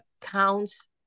counts